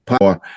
power